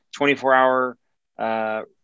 24-hour